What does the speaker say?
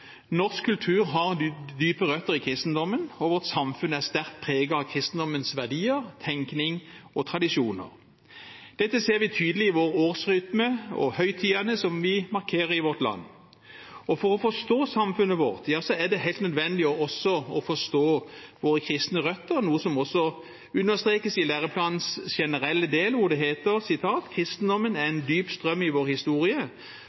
norsk kultur og tradisjon. Norsk kultur har dype røtter i kristendommen, og vårt samfunn er sterkt preget av kristendommens verdier, tenkning og tradisjoner. Dette ser vi tydelig i vår årsrytme og høytidene som vi markerer i vårt land. For å forstå samfunnet vårt er det helt nødvendig også å forstå våre kristne røtter, noe som også understrekes i læreplanens generelle del, hvor det heter: «Kristendommen er en dyp strøm i vår historie